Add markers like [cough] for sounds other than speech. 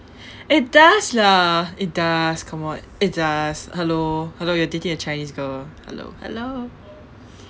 [breath] it does lah it does come on it does hello hello you are dating a chinese girl hello hello